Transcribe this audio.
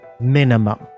minimum